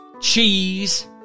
cheese